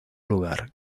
lugar